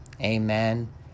Amen